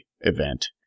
event